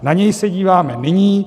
Na něj se díváme nyní.